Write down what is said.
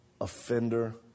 offender